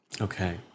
Okay